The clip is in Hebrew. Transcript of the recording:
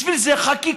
בשביל זה חקיקה,